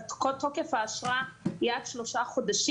כל תוקף האשרה היא עד שלושה חודשים.